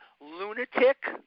lunatic